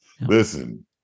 Listen